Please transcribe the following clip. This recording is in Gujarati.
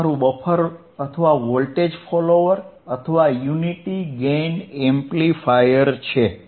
આ તમારું બફર અથવા વોલ્ટેજ ફોલોઅર અથવા યુનિટી ગેઇન એમ્પ્લીફાયર છે